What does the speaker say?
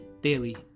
Daily